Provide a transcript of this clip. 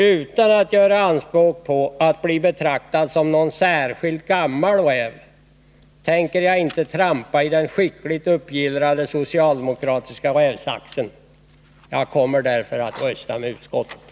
Utan att göra anspråk på att bli betraktad som någon särskild gammal räv tänker jag inte trampa i den skickligt uppgillrade socialdemokratiska rävsaxen. Jag kommer därför att rösta med utskottet.